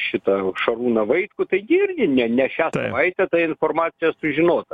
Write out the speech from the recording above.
šitą šarūną vaitkų taigi irgi ne ne šią savaitę ta informacija sužinota